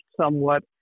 somewhat